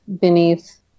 beneath